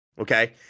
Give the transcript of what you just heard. Okay